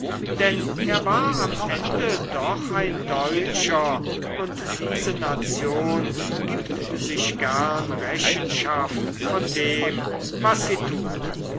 denn er war am ende doch ein deutscher und diese nation gibt sich gern rechenschaft von dem was sie tut